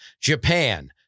Japan